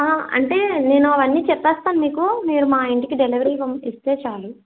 అంటే నేను అవన్నీ చెప్పేస్తాను మీకు మీరు మా ఇంటికి డెలివరీ పంపిస్తే చాలు